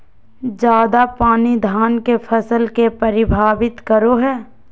ज्यादा पानी धान के फसल के परभावित करो है?